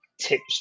tips